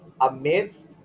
amidst